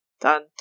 Done